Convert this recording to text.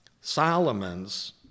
Solomon's